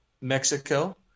Mexico